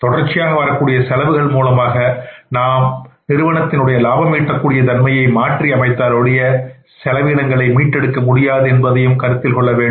தொடர்ச்சியாக வரக்கூடிய செலவுகள் மூலமாக நாம் நிறுவனத்தின் லாபம் ஈட்டக்கூடிய தன்மையை மாற்றி அமைத்தால் ஒழிய செலவினங்களை மீட்டெடுக்க முடியாது என்பதையும் கருத்தில் கொள்ள வேண்டும்